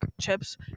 chips